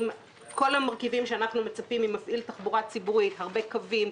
עם כל המרכיבים שאנחנו מצפים ממפעיל תחבורה ציבורית דיווחים,